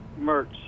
merch